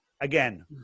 again